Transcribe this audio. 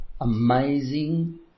amazing